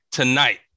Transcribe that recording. tonight